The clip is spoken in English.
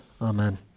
Amen